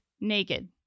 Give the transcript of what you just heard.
naked